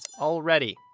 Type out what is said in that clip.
already